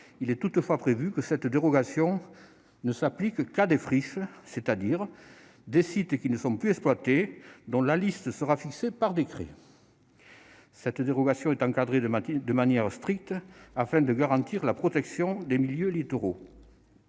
il est toutefois prévu que cette dérogation ne s'applique qu'à des friches, c'est-à-dire à des sites qui ne sont plus exploités, dont la liste sera fixée par décret. Cette dérogation est encadrée de manière stricte afin de garantir la protection des milieux littoraux